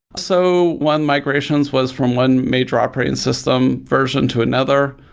so, one, migrations was from one major operating system version to another.